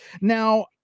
Now